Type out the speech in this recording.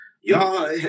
Y'all